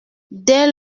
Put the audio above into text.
dès